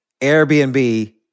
Airbnb